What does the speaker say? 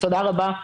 תודה רבה.